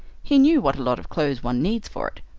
he knew what a lot of clothes one needs for it.